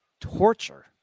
torture